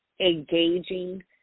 engaging